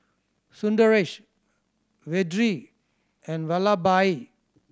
Sundaresh Vedre and Vallabhbhai